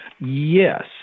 Yes